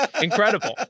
Incredible